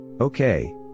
Okay